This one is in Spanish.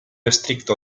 estricto